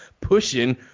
pushing